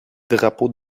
drapeaux